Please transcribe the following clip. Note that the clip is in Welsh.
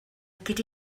gyda